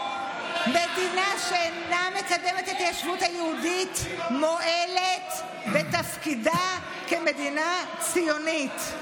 מדינה שאינה מקדמת התיישבות יהודית מועלת בתפקידה כמדינה ציונית.